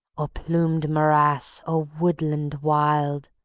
or plumed morass, or woodland wild,